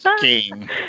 game